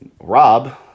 Rob